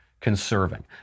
conserving